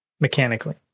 mechanically